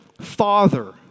father